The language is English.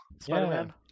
Spider-Man